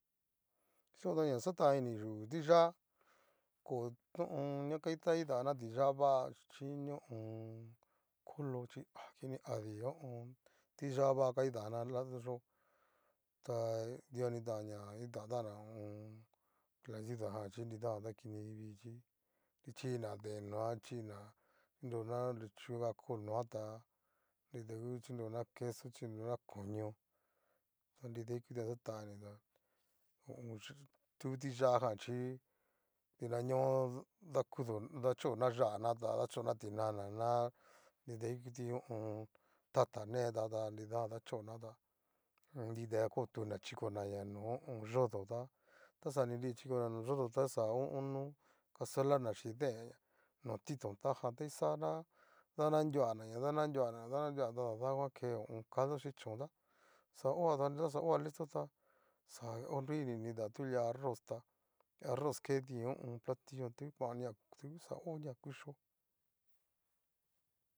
Yo'o ta na xatan iniyu u ti'yá kó to ho o on. ta nga idana ti'yá'a va chín ho o on. kolo chí ha kini adí ho o on. ti'yáa va akidana lado yó, ta dikuanitan ña kidana ho o on. clayua jan chi nridajan ta kiniviichí chi'na deen noa chi'na chinrodona lechuga, cool noata nrida ngu xhinrodona queso, xhinrodona koño, ta nridaikutiajan xatán ini tá ho o on. ta ngu tixajan chí, didaño dakudoña achoña ya'anata ta dachona tinana ná nida ikuti ho o on. tata netá ta nidajan nachonatá ta, nrida otuna chikonaña no ho o on. yodóta taxa ni nri chikonaña no yodo tá taxa ono casuelana chín deen, no titón ta jan ta kisana dananruanaña, dananruanaña tadangua ke caldo xhí chón ta, xao ta xa oha listo tá, xa onrui ni ni kida lia arroz tá arroz kedin ho o on. platillojantu ta koania ta u xa onia kuxio.